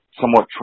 somewhat